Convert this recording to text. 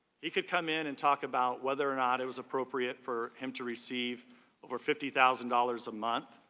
he could come in and talk about whether or not it was appropriate for him to receive over fifty thousand dollars a month